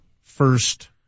first